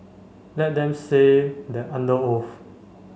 let them say that under oath